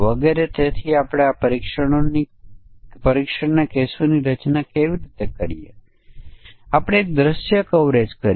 અને જો તેને બધા અક્ર્ન્સ પ્રદર્શિત કરવાની જરૂર હોય તો આપણી હોય પાસે તે એક દૃશ્ય તરીકે હશે